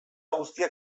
guztiak